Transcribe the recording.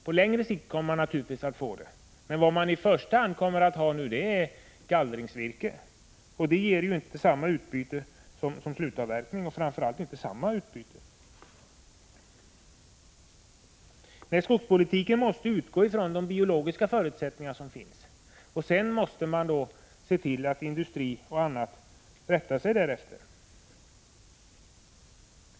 På längre sikt kommer de att få det, men i första hand kommer de nu att ha gallringsvirke, och det ger ju inte samma utbyte som virke från slutavverkning. Skogsbrukspolitiken måste utgå från de biologiska förutsättningar som råder. Sedan måste man se till att man inom industrin och på andra håll rättar sig därefter.